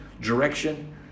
direction